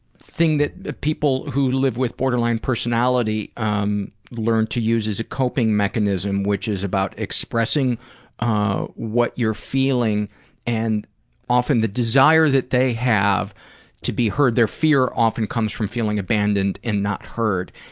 thing that people who live with borderline personality um learn to use as a coping mechanism, which is about expressing ah what you're feeling and often the desire that they have to be heard their fear often comes from feeling abandoned and not heard,